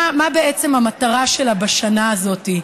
מה בעצם המטרה שלה בשנה הזאת,